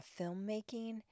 filmmaking